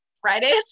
Friday